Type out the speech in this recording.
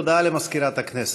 הודעה למזכירת הכנסת.